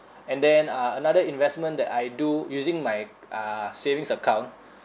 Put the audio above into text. and then uh another investment that I do using my uh savings account